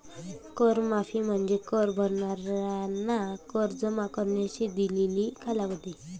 कर माफी म्हणजे कर भरणाऱ्यांना कर जमा करण्यासाठी दिलेला कालावधी